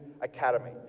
academy